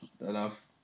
enough